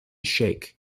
shake